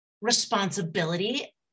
responsibility